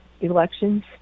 elections